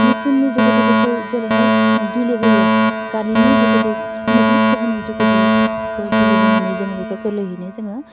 मेचिननि जुगेदि बेखौ जेरैहाय गिलि होयो गारिनि जुगेदि मोब्लिब गोहोनि जुगेदियै बेखौ गिलेहोनानै जों बेखौ गोरलैयैनो जोङो